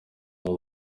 aba